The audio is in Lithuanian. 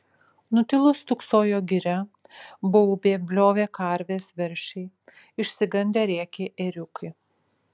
nutilus stūksojo giria baubė bliovė karvės veršiai išsigandę rėkė ėriukai